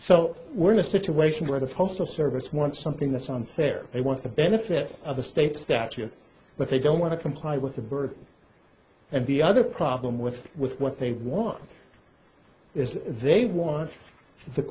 so we're in a situation where the postal service wants something that's unfair they want the benefit of the state statute but they don't want to comply with the birds and the other problem with with what they want is they want